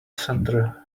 center